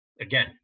again